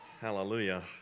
Hallelujah